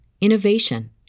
innovation